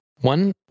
One